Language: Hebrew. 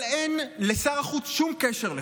אבל אין לשר החוץ שום קשר לכך.